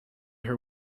her